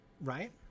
right